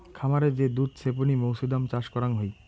খামারে যে দুধ ছেপনি মৌছুদাম চাষ করাং হই